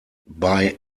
bei